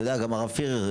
גם הרב פירר,